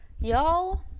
y'all